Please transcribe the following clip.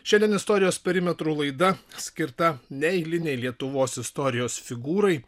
šiandien istorijos perimetru laida skirta neeilinei lietuvos istorijos figūrai